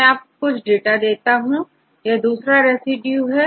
मैं आपको कुछ और डाटा बताता हूं यह दूसरा रेसिड्यू है